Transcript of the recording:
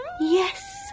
Yes